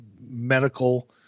medical